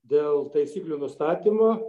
dėl taisyklių nustatymo